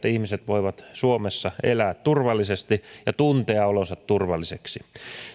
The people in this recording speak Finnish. ihmiset voivat suomessa elää turvallisesti ja tuntea olonsa turvalliseksi